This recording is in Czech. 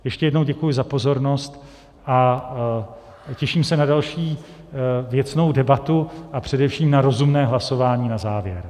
Ještě jednou děkuji za pozornost a těším se na další věcnou debatu, a především na rozumné hlasování na závěr.